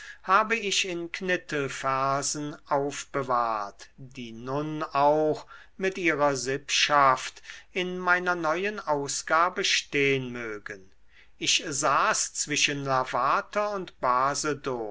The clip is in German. habe ich in knittelversen aufbewahrt die nun auch mit ihrer sippschaft in meiner neuen ausgabe stehn mögen ich saß zwischen lavater und basedow